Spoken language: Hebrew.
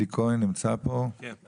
אלי כהן, בבקשה.